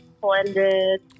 blended